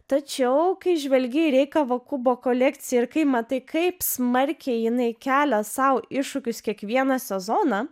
tačiau kai žvelgi į rei kavakubo kolekciją ir kai matai kaip smarkiai jinai kelia sau iššūkius kiekvieną sezoną